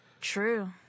True